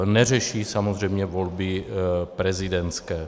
Neřeší samozřejmě volby prezidentské.